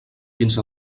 fins